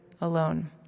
alone